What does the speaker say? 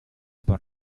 por